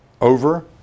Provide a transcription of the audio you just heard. over